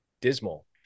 dismal